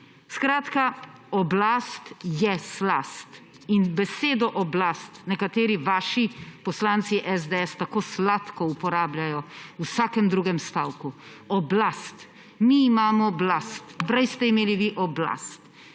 Skratka, oblast je slast. Besedo oblast nekateri vaši poslanci SDS tako sladko uporabljajo v vsakem drugem stavku. Oblast, mi imamo oblast, prej ste imeli vi oblast.